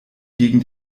gegen